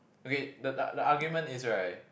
okay the the argument is right